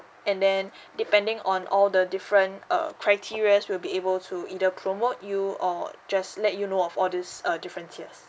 and then depending on all the different err criterias we'll be able to either promote you or just let you know of all these uh different tiers